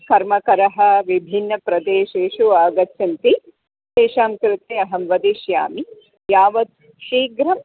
कर्मकरः विभिन्नप्रदेशेषु आगच्छन्ति तेषां कृते अहं वदिष्यामि यावत् शीघ्रं